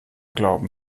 glauben